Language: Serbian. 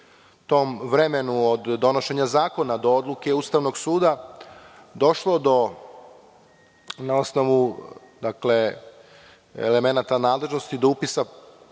tom vremenu od donošenjazakona do odluke Ustavnog suda došlo do na osnovu, dakle, elemenata nadležnosti do upisa